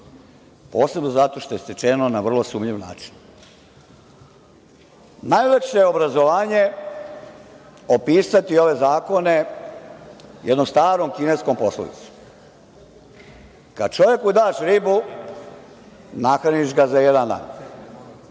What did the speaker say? načinPosebno zato što je stečeno na vrlo sumnjiv način. Najlakše je ove zakone opisati jednom starom kineskom poslovicom – kada čoveku daš ribu, nahraniš ga za jedan dan.